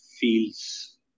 feels